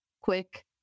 quick